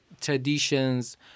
traditions